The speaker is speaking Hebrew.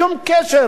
בני-אנוש,